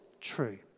true